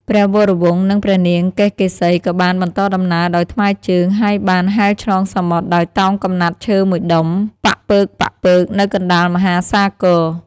ព្រះវរវង្ស និងព្រះនាងកេសកេសីក៏បានបន្តដំណើរដោយថ្មើរជើង ហើយបានហែលឆ្លងសមុទ្រដោយតោងកំណាត់ឈើមួយដុំ ប៉ាក់បើកៗនៅកណ្តាលមហាសាគរ។